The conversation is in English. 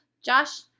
Josh